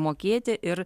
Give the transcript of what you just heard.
mokėti ir